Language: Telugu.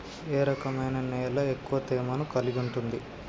ఏ రకమైన నేల ఎక్కువ తేమను కలిగుంటది?